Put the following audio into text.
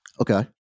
Okay